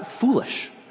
foolish